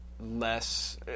less